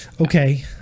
Okay